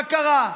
מה קרה?